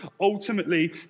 ultimately